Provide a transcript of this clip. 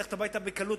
ללכת הביתה בקלות,